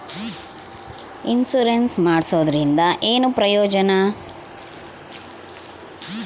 Insurance ಮಾಡ್ಸೋದರಿಂದ ಏನು ಪ್ರಯೋಜನ?